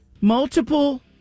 Multiple